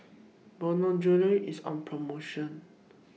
Bonjela IS on promotion